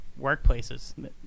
workplaces